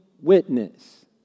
witness